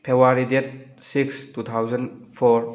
February date six two thousand four